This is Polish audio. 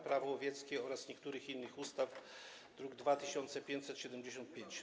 Prawo łowieckie oraz niektórych innych ustaw, druk nr 2575.